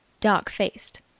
dark-faced